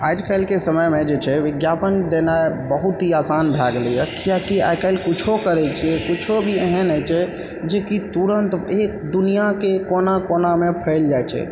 आजकलके समयमे जे छै विज्ञापन देनाइ बहुत ही आसान भए गेलै हइ किए कि आइ काल्हि किछौ करै छियै किछौ भी एहन होइ छै जे कि तुरन्त एक दुनियाके एक कोना कोनामे फैलि जाइ छै